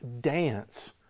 dance